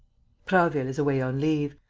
prasville is away on leave.